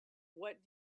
what